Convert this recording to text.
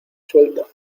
suelta